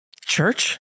Church